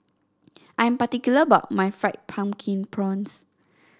I'm particular about my Fried Pumpkin Prawns